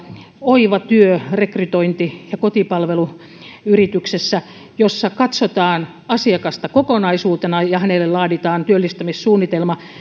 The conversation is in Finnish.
oivatyö nimisessä rekrytointi ja kotipalveluyrityksessä jossa katsotaan asiakasta kokonaisuutena ja hänelle laaditaan työllistämissuunnitelma